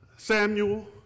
Samuel